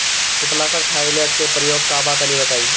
कीटनाशक थाइमेट के प्रयोग का बा तनि बताई?